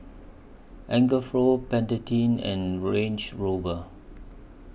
Pantene and Range Rover